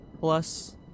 plus